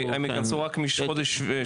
הם יכנסו רק מחודש שמיני.